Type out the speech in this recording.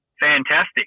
fantastic